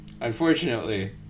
Unfortunately